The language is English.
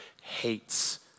hates